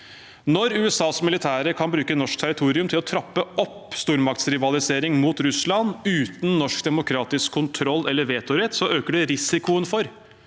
Når USAs militære kan bruke norsk territorium til å trappe opp stormaktsrivalisering mot Russland uten norsk demokratisk kontroll eller vetorett, øker det risikoen for